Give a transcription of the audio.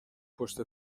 پشت